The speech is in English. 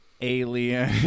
alien